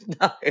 No